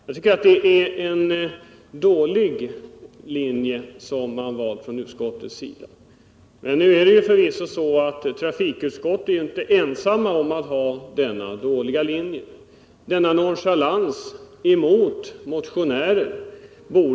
Jag tycker att det är en dålig linje som man från utskottets sida valt. Trafikutskottet är förvisso inte ensamt om att vara inne på den här dåliga linjen. Talmannen borde reagera mot utskottets nonchalans mot motionärerna.